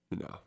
No